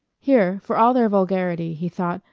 here, for all their vulgarity, he thought,